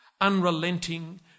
unrelenting